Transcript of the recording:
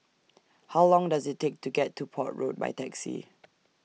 How Long Does IT Take to get to Port Road By Taxi